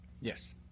yes